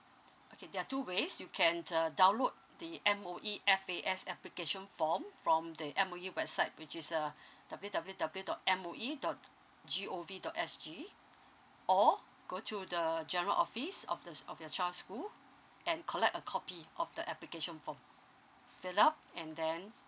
okay there are two ways you can uh download the M_O_E F_A_S application form from the M_O_E website which is uh W W W dot M O E dot G O V dot S G or go to the general office of the of your child's school and collect a copy of the application form fill up and then